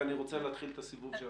ואני רוצה להתחיל את הסיבוב.